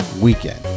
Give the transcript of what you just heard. weekend